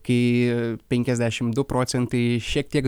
kai penkiasdešim du procentai šiek tiek